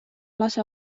lase